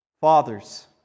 Fathers